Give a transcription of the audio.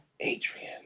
Adrian